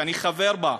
שאני חבר בה,